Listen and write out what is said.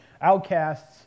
outcasts